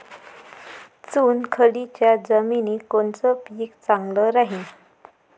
चुनखडीच्या जमिनीत कोनचं पीक चांगलं राहीन?